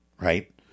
right